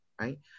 right